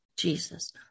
Jesus